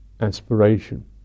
aspiration